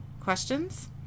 questions